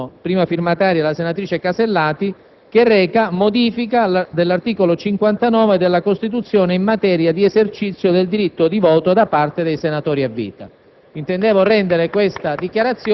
l'Atto Senato n. 681, a prima firma della senatrice Alberti Casellati, che reca: «Modifica dell'articolo 59 della Costituzione, in materia di esercizio del diritto di voto da parte dei senatori a vita».